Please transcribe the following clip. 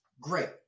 Great